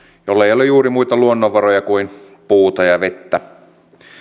jolla ei ole juuri muita luonnonvaroja kuin puuta ja vettä